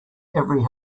every